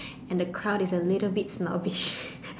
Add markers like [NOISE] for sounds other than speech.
[BREATH] and the crowd is a little bit snobbish [LAUGHS]